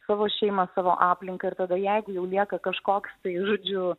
savo šeimą savo aplinką ir tada jeigu jau lieka kažkoks tai žodžiu